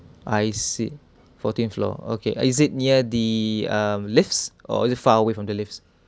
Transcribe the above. I see fourteen floor okay is it near the uh lifts or is it far away from the lifts